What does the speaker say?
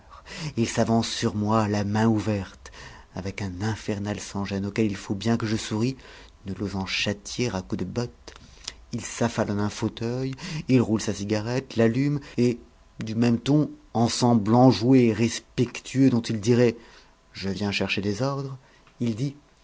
il s'avance sur moi la main ouverte avec un infernal sans-gêne auquel il faut bien que je sourie ne l'osant châtier à coups de botte il s'affale en un fauteuil il roule sa cigarette l'allume et du même ton ensemble enjoué et respectueux dont il dirait je viens chercher des ordres il dit